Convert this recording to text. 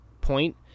point